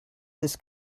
this